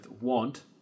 want